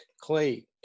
clay